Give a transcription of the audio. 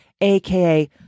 aka